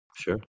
Sure